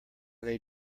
they